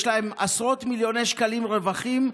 יש להם עשרות מיליוני שקלים רווחים,